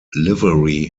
livery